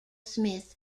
smith